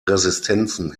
resistenzen